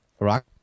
Iraq